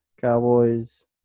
Cowboys